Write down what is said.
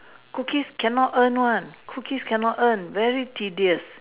cookies cannot earn one cookies cannot earn very tedious